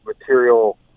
material